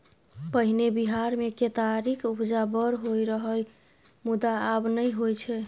पहिने बिहार मे केतारीक उपजा बड़ होइ रहय मुदा आब नहि होइ छै